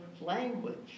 language